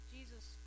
Jesus